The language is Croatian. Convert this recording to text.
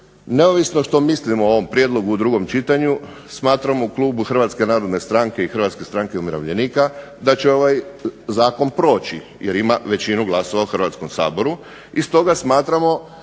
neovisno što mislim o ovom prijedlogu u drugom čitanju, smatramo u Klubu HNS-a HSU-a da će ovaj Zakon proći jer ima većinu glasova u Hrvatskom saboru i stoga smatramo